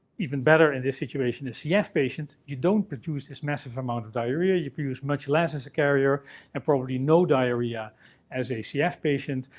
even better in this situation, a cf patient, you don't produce this massive amount of diarrhea. you produce much less as a carrier and probably no diarrhea as a cf patient,